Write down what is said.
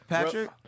Patrick